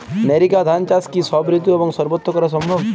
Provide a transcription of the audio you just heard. NERICA ধান চাষ কি সব ঋতু এবং সবত্র করা সম্ভব?